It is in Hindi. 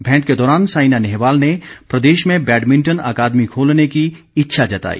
भेंट के दौरान साइना नेहवाल ने प्रदेश में बैडमिंटन अकादमी खोलने की इच्छा जताई